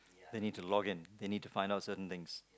they need to login they need to find out certain things